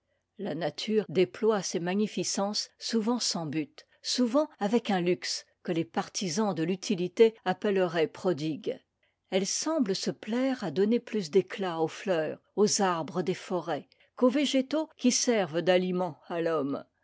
la nature déploie ses magnificences souvent sans but souvent avec un luxe que les partisans de l'utilité appelleraient prodigue elle semble se plaire à donner plus d'éciat aux fleurs aux arbres des forêts qu'aux végétaux qui servent d'aliment à l'homme